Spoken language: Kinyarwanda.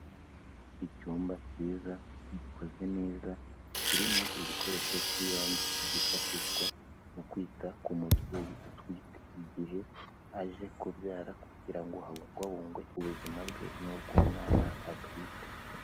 Icyumba cyiza, gikoze neza, kirimo ibikoresho by'ibanze byifashishwa mu kwita ku mubyeyi utwite igihe aje kubyara kugira ngo habungwabungwe ubuzima bwe n'ubw'umwana atwite.